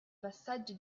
passaggi